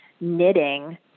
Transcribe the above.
knitting